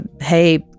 hey